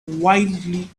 wildly